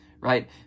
right